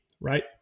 Right